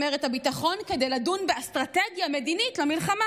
הביטחון כדי לדון באסטרטגיה מדינית למלחמה,